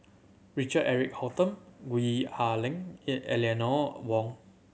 Richard Eric Holttum Gwee Ah Leng Eleanor Wong